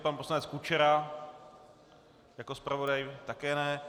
Pan poslanec Kučera jako zpravodaj také ne.